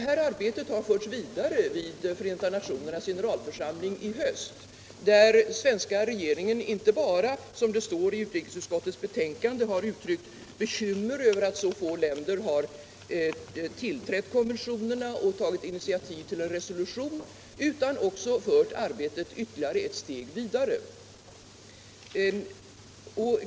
Detta arbete har förts vidare i Förenta nationernas generalförsamling i höst där svenska regeringen inte bara, som det står i utskottsbetänkandet, uttryckt bekymmer över att så få länder biträtt konventionerna och tagit initiativ till en resolution i ärendet. Regeringen har också fört arbetet ytterligare ett steg vidare.